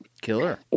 Killer